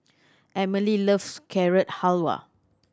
Emely loves Carrot Halwa